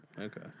Okay